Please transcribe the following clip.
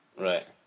Right